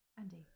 Andy